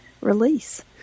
release